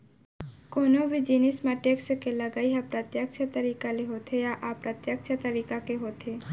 कोनो भी जिनिस म टेक्स के लगई ह प्रत्यक्छ तरीका ले होथे या अप्रत्यक्छ तरीका के होथे